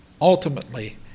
Ultimately